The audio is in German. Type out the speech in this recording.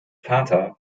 vater